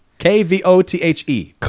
K-V-O-T-H-E